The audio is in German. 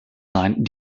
sein